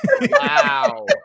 Wow